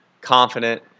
confident